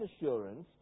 assurance